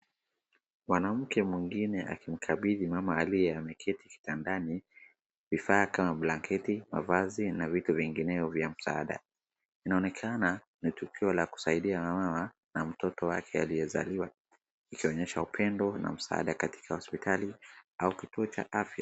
Mwanamke mwingine akimkabidhi mama aliye ameketi kitandani vifaa kama blanketi, mavazi na vitu vingineo vya msaada. Inaonekana ni tukio la kusaidia wamama na mtoto wake aliyezaliwa, ikionyesha upendo na msaada katika hosiptali au kituo cha afya.